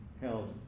held